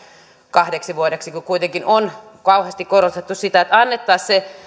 kahdeksi vuodeksi kun kuitenkin on vahvasti korostettu sitä että annettaisiin se